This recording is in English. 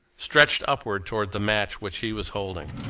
stretched upwards towards the match which he was holding.